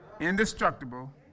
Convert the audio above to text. indestructible